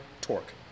torque